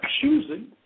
choosing